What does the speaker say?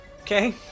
Okay